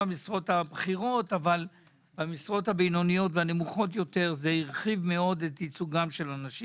הבכירות אבל למשרות הבינוניות והנמוכות יותר זה הרחיב מאוד את ייצוג הנשים.